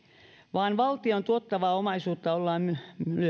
vaan valtion tuottavaa omaisuutta ollaan